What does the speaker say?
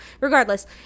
regardless